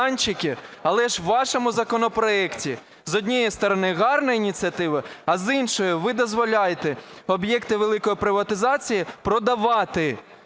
але ж у вашому законопроекті, з однієї сторони, гарна ініціатива, а з іншої – ви дозволяєте об'єкти великої приватизації продавати,